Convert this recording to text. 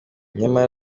nyamara